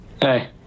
Hey